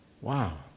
Wow